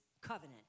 covenant